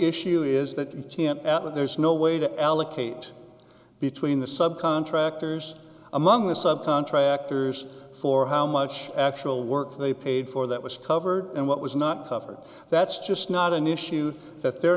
happen there's no way to allocate between the subcontractors among the subcontractors for how much actual work they paid for that was covered and what was not covered that's just not an issue that they're